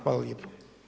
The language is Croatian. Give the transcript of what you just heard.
Hvala lijepo.